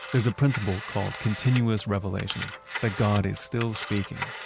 there's a principle called continuous revelation that god is still speaking,